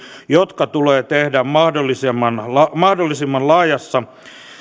jotka tulee tehdä mahdollisimman mahdollisimman laajassa